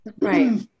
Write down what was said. right